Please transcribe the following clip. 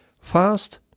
Fast